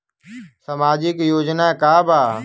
सामाजिक योजना का बा?